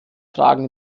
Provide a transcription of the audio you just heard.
fragen